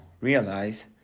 realize